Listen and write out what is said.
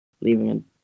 leaving